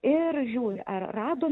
ir žiūri ar rado